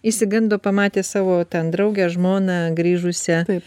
išsigando pamatė savo ten draugę žmoną grįžusią